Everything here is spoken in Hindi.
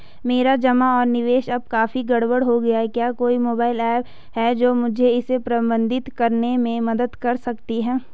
मेरे जमा और निवेश अब काफी गड़बड़ हो गए हैं क्या कोई मोबाइल ऐप है जो मुझे इसे प्रबंधित करने में मदद कर सकती है?